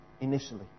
initially